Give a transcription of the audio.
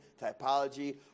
typology